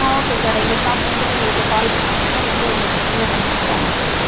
ஆ okay sir எங்கள் staffs வந்துவிட்டு உங்களுக்கு கால் பண்ணுவாங்க சார் வந்து உங்களுக்கு ரெக்டிஃபை பண்ணி கொடுத்துருவாங்க சார்